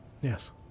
Yes